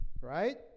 right